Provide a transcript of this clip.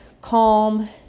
calm